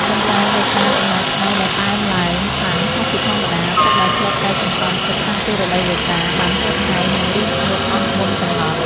ប៉ុន្តែដោយសារកម្ដៅថ្ងៃដែលកើនឡើងខ្លាំងខុសពីធម្មតា ទឹកដែលធ្លាប់តែសន្សំទុកតាំងពីរដូវវស្សា បានហួតហែង និងរីងស្ងួតអស់មុនកំណត់។